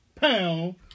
pound